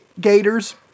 Gators